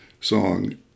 song